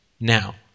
now